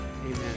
Amen